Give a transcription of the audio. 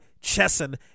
Chesson